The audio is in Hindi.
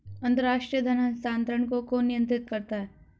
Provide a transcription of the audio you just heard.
अंतर्राष्ट्रीय धन हस्तांतरण को कौन नियंत्रित करता है?